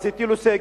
אז הטילו סגר,